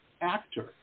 actor